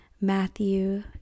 Matthew